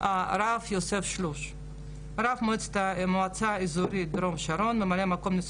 הרב הראשי הספרדי ונשיא